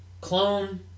clone